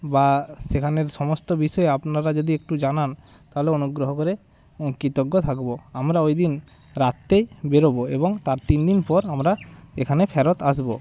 বা সেখানের সমস্ত বিষয় আপনারা যদি একটু জানান তাহলে অনুগ্রহ করে কৃৃতজ্ঞ থাকবো আমরা ওই দিন রাত্রেই বেরোবো এবং তার তিন দিন পর আমরা এখানে ফেরত আসবো